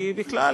כי בכלל,